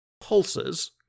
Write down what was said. pulses